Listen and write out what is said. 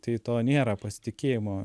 tai to nėra pasitikėjimo